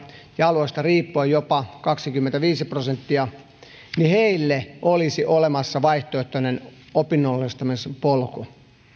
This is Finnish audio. ja alueesta riippuen jopa kaksikymmentäviisi prosenttia olisi olemassa vaihtoehtoinen opinnollistamisen polku